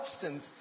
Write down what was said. substance